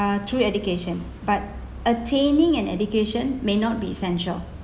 uh through education but attaining an education may not be essential